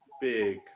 big